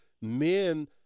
men